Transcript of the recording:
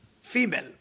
female